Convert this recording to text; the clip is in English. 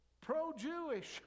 pro-jewish